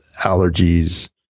allergies